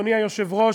היושב-ראש,